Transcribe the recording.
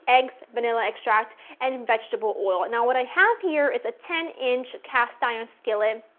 eggs, vanilla extract and vegetable oil. now what i have here is a ten inch cast iron skillet.